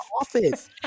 office